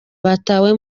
batawe